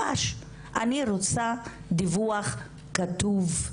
אני רוצה דיווח כתוב,